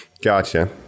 Gotcha